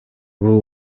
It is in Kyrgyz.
бул